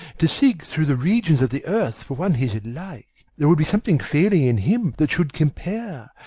to seek through the regions of the earth for one his like, there would be something failing in him that should compare.